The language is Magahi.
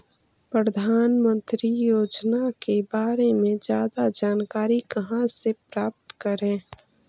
प्रधानमंत्री योजना के बारे में जादा जानकारी कहा से प्राप्त करे?